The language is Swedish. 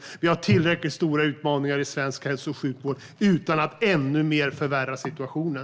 Det finns tillräckligt stora utmaningar i svensk hälso och sjukvård utan att ännu mer förvärra situationen.